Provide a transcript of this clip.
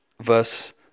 Verse